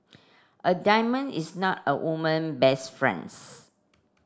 a diamond is not a woman best friends